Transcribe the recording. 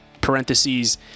parentheses